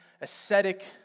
ascetic